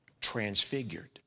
transfigured